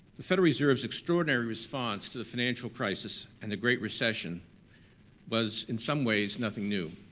the federal reserve's extraordinary response to the financial crisis and the great recession was, in some ways, nothing new.